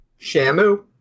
Shamu